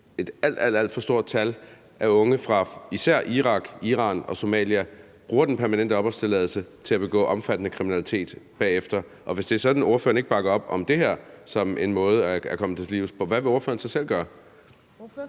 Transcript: alt, alt for stort antal af unge fra især i Irak, Iran og Somalia bruger den permanente opholdstilladelse til at begå omfattende kriminalitet bagefter, og hvis det er sådan, at ordføreren ikke bakker op om det her som en måde at komme det til livs på, hvad vil ordføreren så selv gøre?